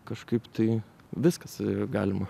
kažkaip tai viskas galima